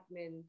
admin